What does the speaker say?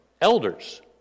elders